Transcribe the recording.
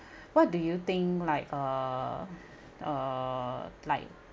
what do you think like uh uh like